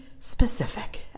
specific